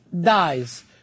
dies